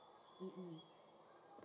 um um